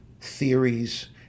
theories